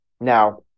Now